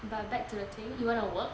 but back to the thing you want to work